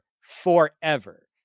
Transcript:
forever